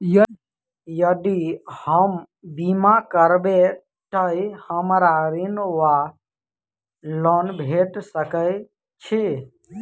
यदि हम बीमा करबै तऽ हमरा ऋण वा लोन भेट सकैत अछि?